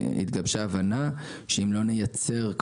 התגבשה הבנה שאם לא נייצר,